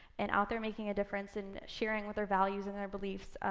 and out there making a difference in sharing what their values and their beliefs,